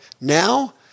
Now